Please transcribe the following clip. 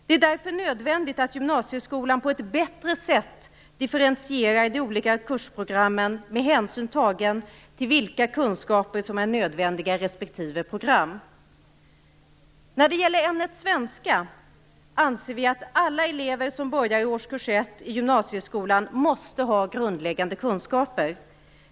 Det är därför nödvändigt att gymnasieskolan på ett bättre sätt differentierar de olika kursprogrammen med hänsyn tagen till vilka kunskaper som är nödvändiga i respektive program. När det gäller ämnet svenska anser vi att alla elever som börjar i årskurs 1 i gymnasieskolan måste ha grundläggande kunskaper.